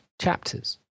chapters